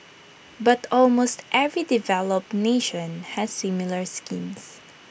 but almost every developed nation has similar schemes